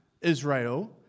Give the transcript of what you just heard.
Israel